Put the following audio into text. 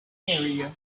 area